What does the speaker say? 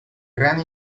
gran